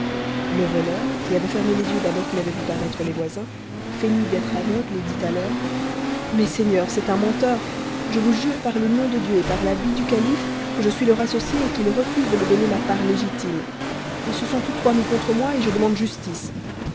le voleur qui avait fermé tes yeux d'abord qu'il avait vu paraître les voisins feignit d'être aveugle et dit alors mes seigneurs c'est un menteur je vous jure par le nom de dieu et par la vie du calife que je suis leur associé et qu'ils refusent de me donner ma part légitime ils se sont tous trois mis contre moi et je demande justice